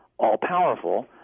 all-powerful